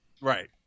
Right